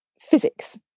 physics